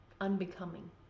unbecoming